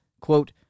quote